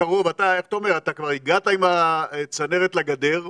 אתה קרוב, אתה כבר הגעת עם הצנרת לגדר,